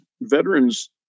veterans